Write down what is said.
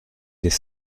des